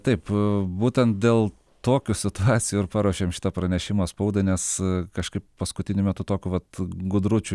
taip būtent dėl tokių situacijų ir paruošėm šitą pranešimą spaudai nes kažkaip paskutiniu metu tokiu vat gudručių